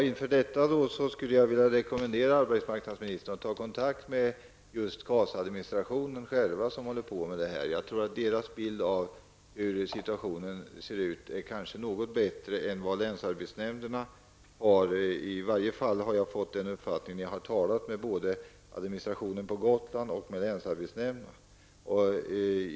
Herr talman! Jag skulle då vilja rekommendera arbetsmarknadsministern att ta kontakt med dem som är sysselsatta inom just KAS administrationen. Jag tror att de har en kanske något bättre bild av situationen än länsarbetsnämnderna. Det är i varje fall den uppfattning jag har fått efter att ha varit i kontakt med både administrationen på Gotland och länsarbetsnämnden.